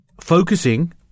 focusing